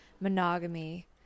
monogamy